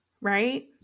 right